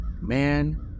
man